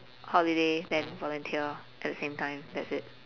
holiday then volunteer at the same time that's it